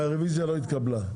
התקבלה.